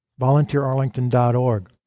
volunteerarlington.org